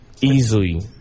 easily